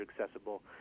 accessible